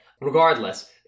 Regardless